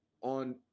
on